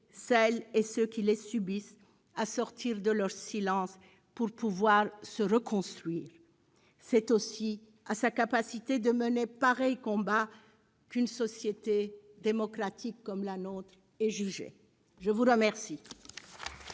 celles et ceux qui les subissent à sortir de leur silence, pour pouvoir se reconstruire. C'est aussi à sa capacité de mener pareil combat qu'une société démocratique comme la nôtre est jugée. La parole